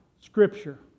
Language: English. Scripture